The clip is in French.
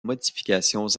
modifications